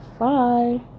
Bye